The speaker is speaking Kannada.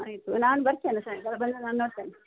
ಆಯಿತು ನಾನು ಬರ್ತೇನೆ ಸಾಯಂಕಾಲ ಬಂದು ನಾನು ನೋಡ್ತೇನೆ